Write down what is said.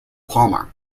palmer